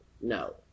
no